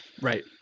right